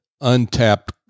untapped